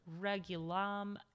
regulam